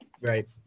Right